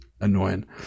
annoying